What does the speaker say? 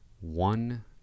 one